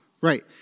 Right